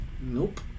Nope